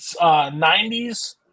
90s